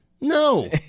No